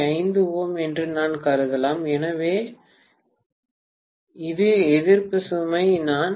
5 ῼஎன்று நான் கருதலாம் எனவே இது எதிர்ப்பு சுமை நான் 5